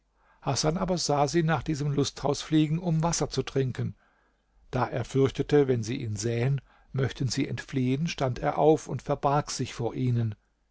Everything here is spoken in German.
hasan aber sah sie nach diesem lusthaus fliegen um wasser zu trinken da er fürchtete wenn sie ihn sähen möchten sie entfliehen stand er auf und verbarg sich vor ihnen